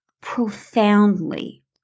profoundly